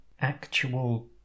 actual